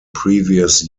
previous